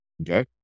Okay